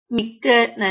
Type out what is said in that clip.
மிக்க நன்றி